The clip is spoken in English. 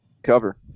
cover